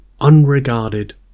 unregarded